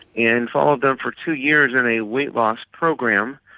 and followed them for two years in a weight loss program.